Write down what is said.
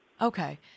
Okay